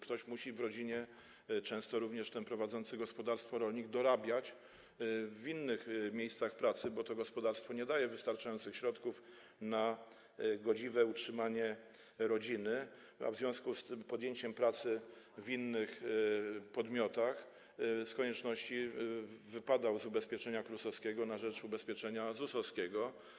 Ktoś w rodzinie, często również prowadzący gospodarstwo rolnik, musi dorabiać w innych miejscach pracy, bo to gospodarstwo nie daje wystarczających środków na godziwe utrzymanie rodziny, a w związku z podjęciem pracy w innych podmiotach z konieczności wypadał z ubezpieczenia KRUS-owskiego na rzecz ubezpieczenia ZUS-owskiego.